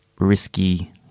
risky